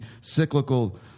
cyclical